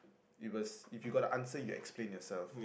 it was if you got the answer you explain yourself